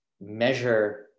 measure